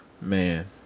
Man